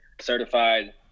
certified